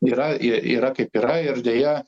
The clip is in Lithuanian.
yra i yra kaip yra ir deja